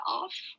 off